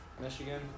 Michigan